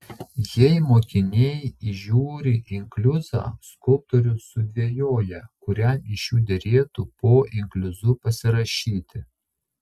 jei mokiniai įžiūri inkliuzą skulptorius sudvejoja kuriam iš jų derėtų po inkliuzu pasirašyti